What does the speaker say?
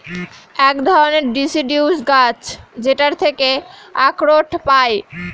এক ধরনের ডিসিডিউস গাছ যেটার থেকে আখরোট পায়